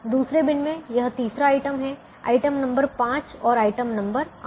दूसरे बिन में यह तीसरा आइटम है आइटम नंबर 5 और आइटम नंबर 8